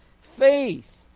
faith